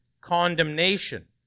condemnation